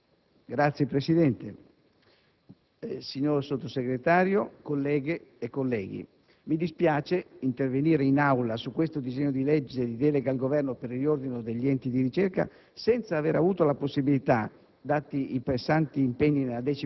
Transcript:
Signor Presidente, signor Sottosegretario, colleghe e colleghi, mi dispiace di intervenire in Aula su questo disegno di legge di delega al Governo per il riordino degli enti di ricerca senza aver avuto la possibilità,